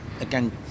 again